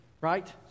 right